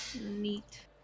Neat